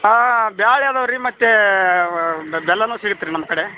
ಹಾಂ ಬೇಳೆ ಇದಾವ್ ರೀ ಮತ್ತು ಬೆಲ್ಲನೂ ಸಿಗುತ್ತೆ ರೀ ನಮ್ಮ ಕಡೆ